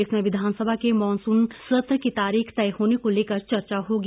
इसमें विधानसभा के मॉनसून सत्र की तारीख तय होने को लेकर चर्चा होगी